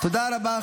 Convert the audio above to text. תודה רבה.